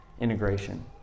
integration